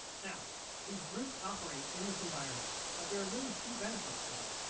now these groups operate in this environment but there are really few benefits for them.